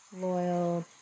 Loyal